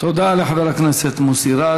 תודה לחבר הכנסת מוסי רז.